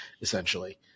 essentially